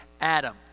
Adam